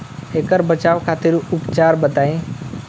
ऐकर बचाव खातिर उपचार बताई?